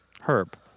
herb